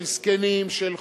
של זקנים, של חולים,